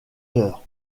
heures